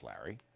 Larry